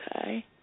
Okay